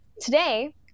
Today